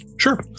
Sure